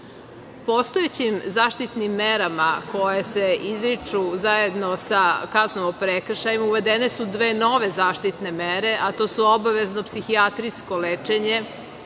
celinu. Postojećim zaštitnim merama koje se izriču zajedno sa kaznom o prekršaju, uvedene su dve nove zaštitne mere, a to su obavezno psihijatrijsko lečenje